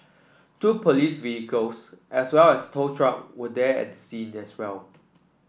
two police vehicles as well as tow truck would there at the scene as well